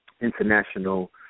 international